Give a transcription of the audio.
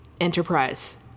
enterprise